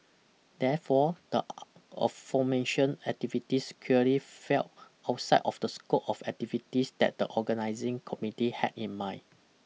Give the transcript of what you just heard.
therefore the aforementioned activities clearly fell outside of the scope of activities that the organising committee had in mind